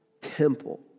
temple